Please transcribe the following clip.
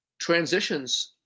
transitions